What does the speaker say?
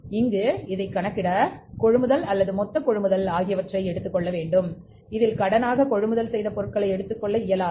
அங்கு இதை கணக்கிட கொள்முதல் அல்லது மொத்த கொள்முதல் ஆகியவற்றை எடுத்துக்கொள்ள வேண்டும் இதில் கடனாக கொள்முதல் செய்த பொருட்களை எடுத்துக்கொள்ள இயலாது